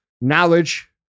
knowledge